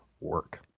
work